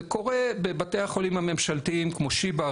זה קורה בבתי החולים הממשלתיים כמו שיבא,